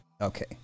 Okay